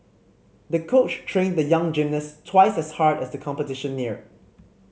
the coach trained the young gymnast twice as hard as the competition neared